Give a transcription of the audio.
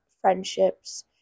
friendships